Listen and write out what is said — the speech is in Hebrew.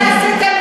אתם עשיתם,